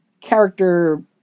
character